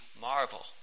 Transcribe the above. marvel